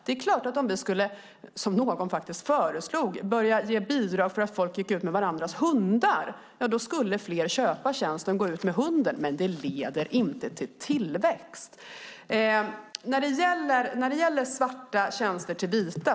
Det är klart att om vi, som någon faktiskt föreslog, började ge bidrag för att folk ska gå ut med varandras hundar skulle fler köpa en sådan tjänst. Men det leder inte till tillväxt. Vi vet ingenting om att svarta tjänster skulle bli vita.